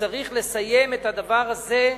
שצריך לסיים את הדבר הזה,